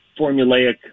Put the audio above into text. formulaic